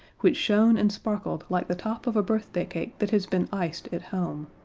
which shone and sparkled like the top of a birthday cake that has been iced at home.